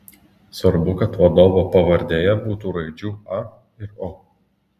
svarbu kad vadovo pavardėje būtų raidžių a ir o